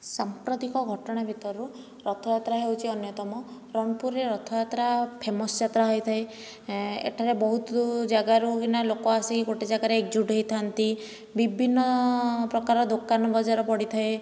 ସାମ୍ପ୍ରତିକ ଘଟଣା ଭିତରୁ ରଥଯାତ୍ରା ହେଉଛି ଅନ୍ୟତମ ରଣପୁରରେ ରଥଯାତ୍ରା ଫେମସ୍ ଯାତ୍ରା ହୋଇଥାଏ ଏଠାରେ ବହୁତ ଜାଗାରୁ କି ନା ଲୋକ ଆସିକି ଗୋଟିଏ ଜାଗାରେ ଏକଜୁଟ ହେଇଥାନ୍ତି ବିଭିନ୍ନ ପ୍ରକାରର ଦୋକାନ ବଜାର ପଡ଼ିଥାଏ